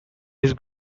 his